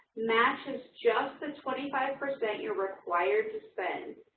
match is just the twenty five percent you're required to spend.